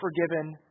forgiven